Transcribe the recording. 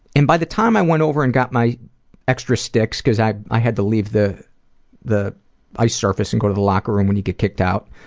and by the time i went over and got my extra sticks, because i i had to leave the the ice surface and go to the locker room when you get kicked out,